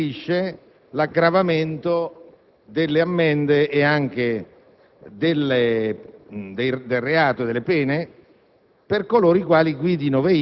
che stabilisce l'aggravamento delle ammende, nonché del reato e delle pene,